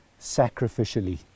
sacrificially